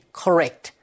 correct